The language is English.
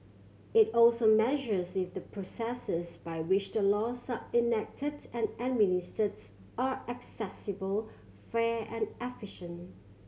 it also measures if the processes by which the laws are enacted and administers are accessible fair and